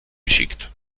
geschickt